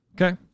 Okay